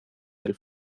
del